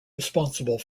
responsible